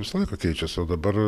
visą laiką keičiasi o dabar